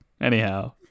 Anyhow